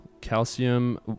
calcium